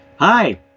Hi